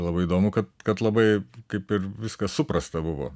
labai įdomu kad kad labai kaip ir viskas suprasta buvo